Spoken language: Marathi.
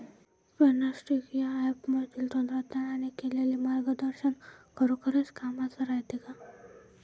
प्लॉन्टीक्स या ॲपमधील तज्ज्ञांनी केलेली मार्गदर्शन खरोखरीच कामाचं रायते का?